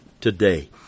today